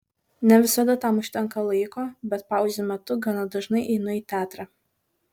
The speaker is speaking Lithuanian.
ne visada tam užtenka laiko bet pauzių metu gana dažnai einu į teatrą